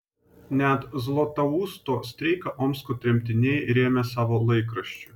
net zlatousto streiką omsko tremtiniai rėmė savo laikraščiu